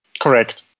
Correct